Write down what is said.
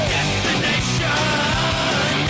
Destination